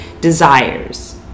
desires